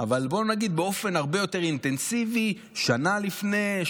אבל בוא נגיד באופן הרבה יותר אינטנסיבי שנה לפני,